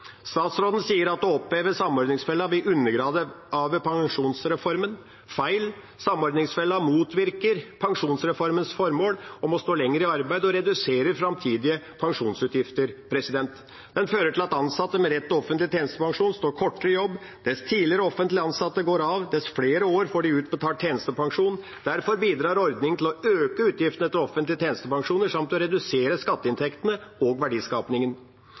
Statsråden sier at å oppheve samordningsfella vil undergrave pensjonsreformen. Det er feil. Samordningsfella motvirker pensjonsreformens formål om å stå lenger i arbeid og redusere framtidige pensjonsutgifter. Den fører til at ansatte med rett til offentlig tjenestepensjon står kortere i jobb. Dess tidligere offentlige ansatte går av, dess flere år får de utbetalt tjenestepensjon. Derfor bidrar ordningen til å øke utgiftene til offentlige tjenestepensjoner samt til å redusere skatteinntektene og